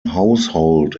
household